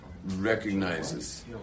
Recognizes